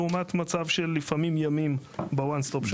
לעומת מצב של לפעמים ימים ב-"one stop shop".